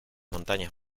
montañas